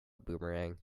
boomerang